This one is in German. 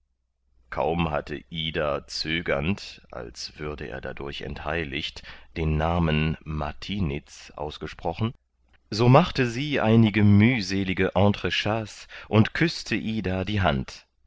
kaum hatte ida zögernd als würde er dadurch entheiligt den namen martiniz ausgesprochen so machte sie einige mühselige entrechats und küßte ida die hand